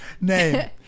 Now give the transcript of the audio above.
name